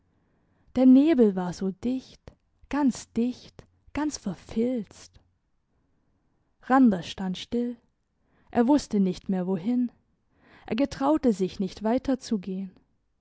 der nebel war so dicht ganz dicht ganz verfilzt randers stand still er wusste nicht mehr wohin er getraute sich nicht weiter